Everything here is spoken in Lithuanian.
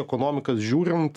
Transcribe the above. ekonomikas žiūrint